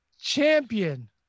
Champion